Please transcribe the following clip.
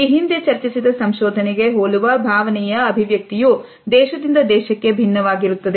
ಈ ಹಿಂದೆ ಚರ್ಚಿಸಿದ ಸಂಶೋಧನೆಗೆ ಹೋಲುವ ಭಾವನೆಯ ಅಭಿವ್ಯಕ್ತಿಯು ದೇಶದಿಂದ ದೇಶಕ್ಕೆ ಭಿನ್ನವಾಗಿರುತ್ತದೆ